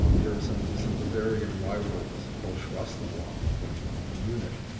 there are some some bavarian rye rolls called schuastabuam from ah from munich,